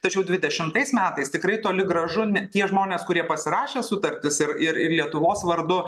tačiau dvidešimtais metais tikrai toli gražu ne tie žmonės kurie pasirašė sutartis ir ir ir lietuvos vardu